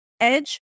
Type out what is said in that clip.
Edge